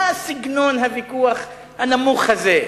מה סגנון הוויכוח הנמוך הזה?